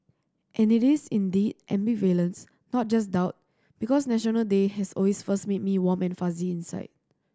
and it is indeed ambivalence not just doubt because National Day has always first made me warm and fuzzy inside